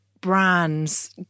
brands